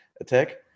attack